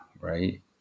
right